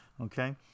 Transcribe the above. okay